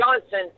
Johnson